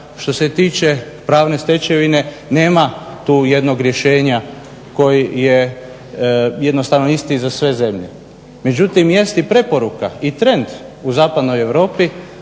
što se tiče pravne stečevine nema tu jednog rješenja koji je jednostavno isti za sve zemlje. Međutim, jest i preporuka i trend u Zapadnoj Europi